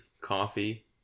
coffee